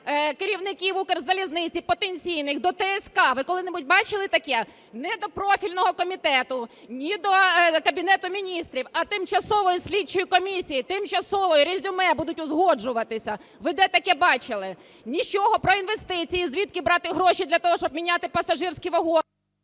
керівників Укрзалізниці потенційних до ТСК Ви коли не будь бачили таке? Не до профільного комітету, не до Кабінету Міністрів, а Тимчасової слідчої комісії, тимчасової, резюме будуть узгоджуватися. Ви де таке бачили? Нічого про інвестиції, звідки брати гроші для того, щоб міняти пасажирські вагони…